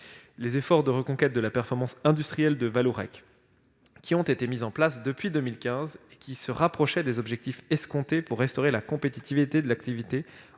Les efforts de reconquête de la performance industrielle de Vallourec, mis en place depuis 2015, se rapprochaient des objectifs escomptés pour restaurer la compétitivité de l'activité,